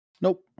Nope